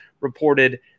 reported